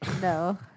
No